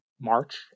March